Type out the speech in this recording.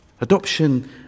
Adoption